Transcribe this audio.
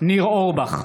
ניר אורבך,